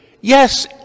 Yes